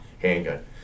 Handgun